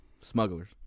Smugglers